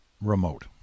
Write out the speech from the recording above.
remote